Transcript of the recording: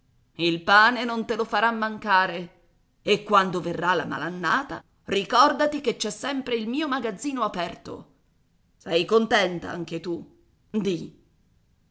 il pane non te lo farà mancare e quando verrà la malannata ricordati che c'è sempre il mio magazzino aperto sei contenta anche tu di